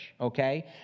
okay